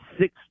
six